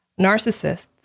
narcissists